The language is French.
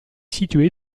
située